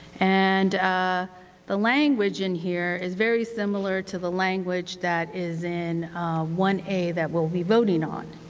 and ah the language in here is very similar to the language that is in one a that we'll be voting on.